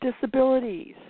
disabilities